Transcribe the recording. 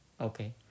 okay